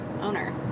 owner